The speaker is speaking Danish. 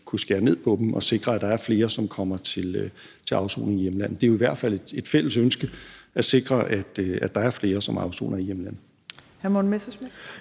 ville være egnede til at sikre, at der er flere, som kommer til afsoning i hjemlandet. Det er jo i hvert fald et fælles ønske at sikre, at der er flere, som afsoner i hjemlandet.